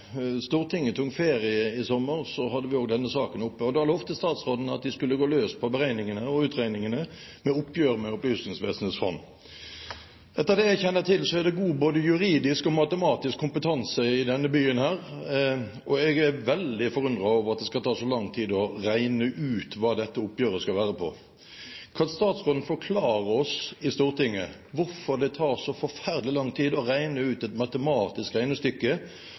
Stortinget etter jul. Før Stortinget tok ferie sist sommer, hadde vi også denne saken oppe. Da lovte statsråden at de skulle gå løs på beregningene og utregningene som gjaldt oppgjøret til Opplysningsvesenets fond. Etter det jeg kjenner til, er det god kompetanse, både juridisk og matematisk, i denne byen. Jeg er veldig forundret over at det skal ta så lang tid å regne ut hva dette oppgjøret skal være på. Kan statsråden forklare oss i Stortinget hvorfor det tar så forferdelig lang tid å regne ut et matematisk regnestykke,